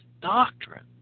doctrine